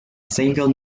single